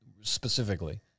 specifically